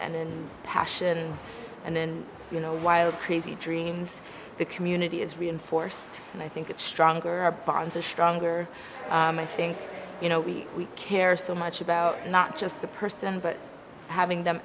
and passion and you know wild crazy dreams the community is reinforced and i think it's stronger our bonds are stronger i think you know we care so much about not just the person but having them